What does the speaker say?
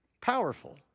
powerful